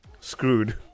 screwed